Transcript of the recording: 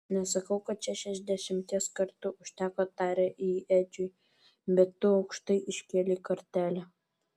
nesakau kad šešiasdešimties kartų užteko tarė ji edžiui bet tu aukštai iškėlei kartelę